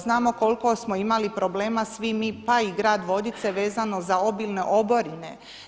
Znamo koliko smo imali problema svi mi pa i grad Vodice vezano za obilne oborine.